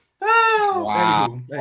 Wow